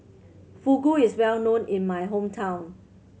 fugu is well known in my hometown